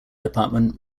department